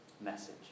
message